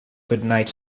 goodnight